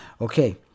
Okay